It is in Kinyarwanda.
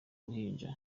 ruhinja